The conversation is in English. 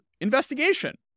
investigation